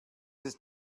ist